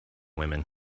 women